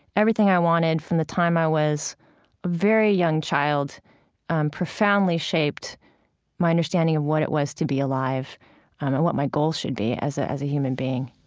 everything i wanted from the time i was a very young child profoundly shaped my understanding of what it was to be alive and what my goals should be as ah as a human being